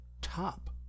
top